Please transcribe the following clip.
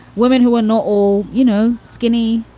women who are not all, you know, skinny,